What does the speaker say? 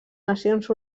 nacions